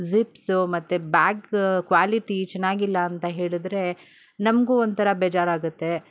zips ಮತ್ತು bag quality ಚೆನ್ನಾಗಿಲ್ಲ ಅಂತ ಹೇಳಿದ್ರೆ ನಮಗೂ ಒಂಥರ ಬೇಜಾರಾಗುತ್ತೆ